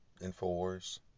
InfoWars